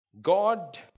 God